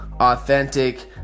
authentic